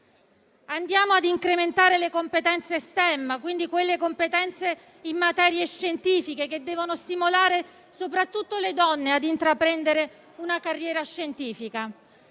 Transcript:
Andiamo ad incrementare le competenze STEM, quelle competenze in materie scientifiche che devono stimolare soprattutto le donne ad intraprendere una carriera scientifica.